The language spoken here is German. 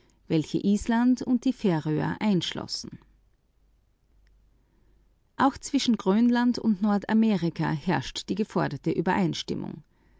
welche island und die färöer einschlossen auch zwischen grönland und nordamerika herrscht die geforderte übereinstimmung